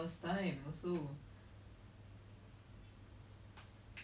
I don't think anyone deserves it lah like go to jail maybe you get caned